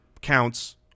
counts